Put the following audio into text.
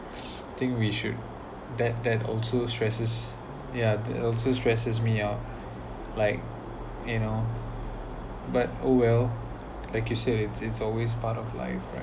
think we should that that also stresses yeah that also stresses me out like you know but oh well like you said it's it's always part of life right